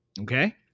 Okay